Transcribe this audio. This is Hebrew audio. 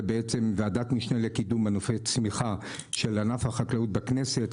ועדת משנה לקידום מנופי צמיחה של ענף החקלאות בכנסת.